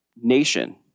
nation